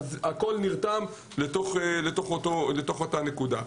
הכל נרתם לתוך אותה נקודה.